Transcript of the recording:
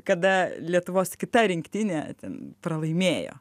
kada lietuvos kita rinktinė ten pralaimėjo